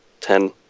ten